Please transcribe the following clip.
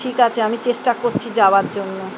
ঠিক আছে আমি চেষ্টা করছি যাওয়ার জন্য